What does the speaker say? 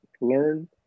learn